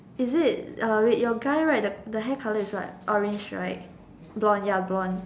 is it uh wait your guy right the hair colour is what orange right blonde ya blonde